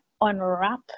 unwrap